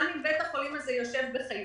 גם אם בית החולים הזה יושב בחיפה.